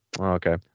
okay